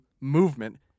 movement